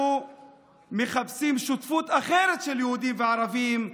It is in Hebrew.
אנחנו מחפשים שותפות אחרת של יהודים וערבים,